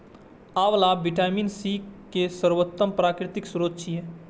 आंवला vitamin C के सर्वोत्तम प्राकृतिक स्रोत छियै